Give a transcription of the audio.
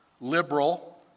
liberal